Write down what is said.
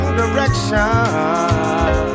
direction